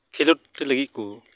ᱠᱷᱤᱞᱳᱰ ᱞᱟᱹᱜᱤᱫ ᱠᱚ